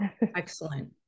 Excellent